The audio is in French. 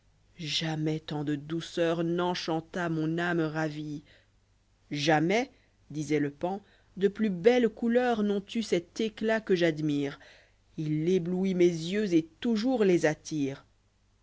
jamais tant de douceur n'enchanta mon âme ravie jamais disbit le paon de plus belles couleurs n'ont eu cet éclat que j'admire il éblouit mes yeux et toujours les attire